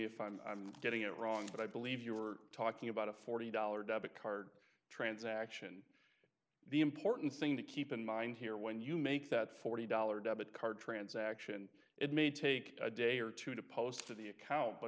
if i'm getting it wrong but i believe you are talking about a forty dollars debit card transaction the important thing to keep in mind here when you make that forty dollars debit card transaction it may take a day or two to post to the account but